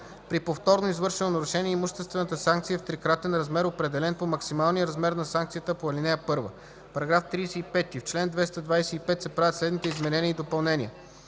При повторно извършено нарушение имуществената санкция е в трикратен размер, определен по максималния размер на санкцията по ал. 1.” § 35. В чл. 225 се правят следните изменения и допълнения: